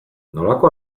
nolako